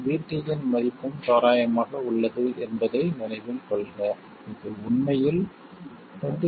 Vt இன் மதிப்பும் தோராயமாக உள்ளது என்பதை நினைவில் கொள்க இது உண்மையில் 25